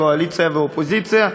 קואליציה ואופוזיציה,